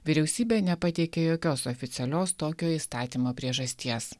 vyriausybė nepateikė jokios oficialios tokio įstatymo priežasties